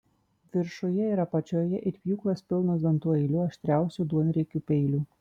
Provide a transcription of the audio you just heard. viršuje ir apačioje it pjūklas pilnos dantų eilių aštriausių duonriekių peilių